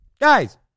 Guys